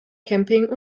camping